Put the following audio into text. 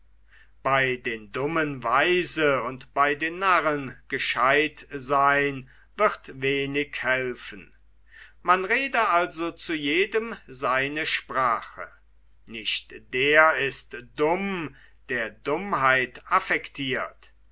bei den dummen weise und bei den narren gescheut seyn wird wenig helfen man rede also zu jedem seine sprache nicht der ist dumm der dummheit affektirt